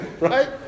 right